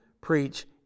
preach